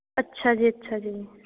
ਅੱਛਾ ਜੀ ਅੱਛਾ ਜੀ